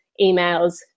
emails